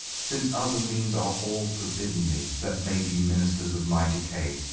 since other means are all forbidden me, that may be ministers of my decay.